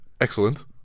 excellent